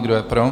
Kdo je pro?